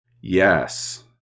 Yes